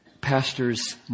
pastors